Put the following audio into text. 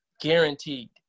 guaranteed